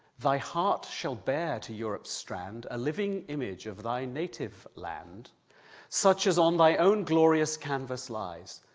thy heart shall bear to europe's strand a living image of thy native land such as on thy own glorious canvas lies.